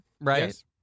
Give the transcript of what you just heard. right